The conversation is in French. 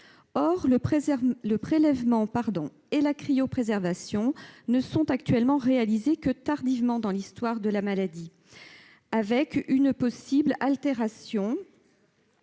Or le prélèvement et la cryopréservation ne sont actuellement réalisés que tardivement dans l'avancement de la maladie, entraînant une possible altération